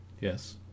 Yes